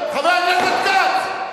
חבר הכנסת כץ.